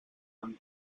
amb